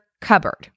cupboard